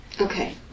Okay